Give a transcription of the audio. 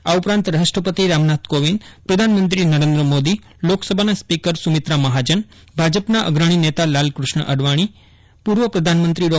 આ ઉપરાંત રાષ્ટ્રપતિ રામનાથ કોવિંદ પ્રધાનમંત્રી નરેન્દ્ર મોદી લોકસભાના સ્પીકર સુમીત્રા મહાજન અને ભાજપના અગ્રણી નેતા લાલ ક્રષ્ણ અડવાણી પૂર્વ પ્રધાનમંત્રી ડો